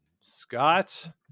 Scott